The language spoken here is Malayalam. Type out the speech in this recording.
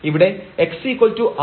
ഇവിടെ x r cos⁡θ y r sin⁡θ